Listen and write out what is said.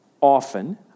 often